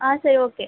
ஆ சரி ஓகே